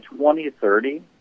2030